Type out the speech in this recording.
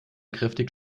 kräftig